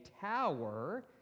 tower